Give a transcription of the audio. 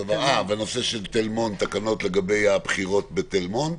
והנושא של תל מונד, תקנות לגבי הבחירות בתל מונד.